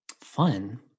Fun